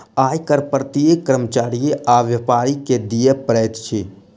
आय कर प्रत्येक कर्मचारी आ व्यापारी के दिअ पड़ैत अछि